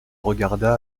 regarda